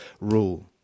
rule